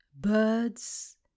birds